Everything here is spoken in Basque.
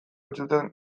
entzuten